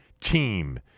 team